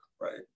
Right